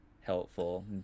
helpful